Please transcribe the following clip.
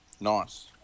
Nice